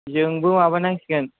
जोंबो माबा नांसिगोन